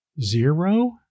Zero